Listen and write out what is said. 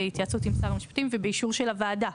בהתייעצות עם שר המשפטים ובאישור של הוועדה.